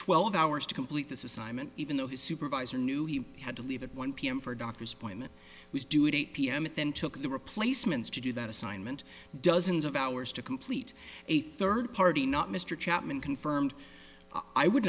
twelve hours to complete this assignment even though his supervisor knew he had to leave at one pm for a doctor's appointment was due at eight pm it then took the replacements to do that assignment dozens of hours to complete a third party not mr chapman confirmed i would